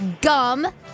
gum